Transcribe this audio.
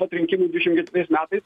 pat rinkimų dvidešimt ketvirtais metais